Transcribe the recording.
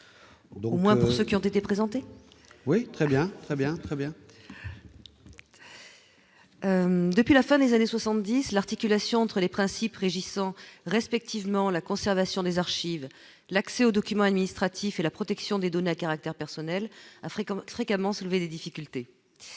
moins pour ceux qui ont été présentés, oui, très bien, très bien, très bien. Depuis la fin des années 70 l'articulation entre les principes régissant respectivement la conservation des archives, l'accès aux documents administratifs et la protection des données à caractère personnel Africom fréquemment soulevé des difficultés,